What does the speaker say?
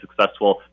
successful